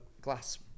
glass